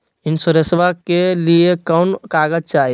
इंसोरेंसबा के लिए कौन कागज चाही?